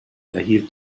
erhielt